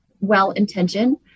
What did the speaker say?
well-intentioned